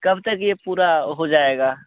कब तक यह पूरा हो जाएगा